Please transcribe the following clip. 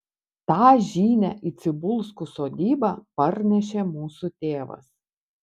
tą žinią į cibulskų sodybą parnešė mūsų tėvas